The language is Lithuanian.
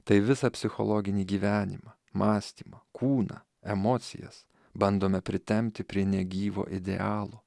tai visą psichologinį gyvenimą mąstymą kūną emocijas bandome pritempti prie negyvo idealo